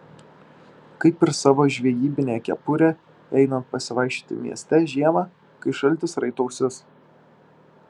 kaip ir savo žvejybinę kepurę einant pasivaikščioti mieste žiemą kai šaltis raito ausis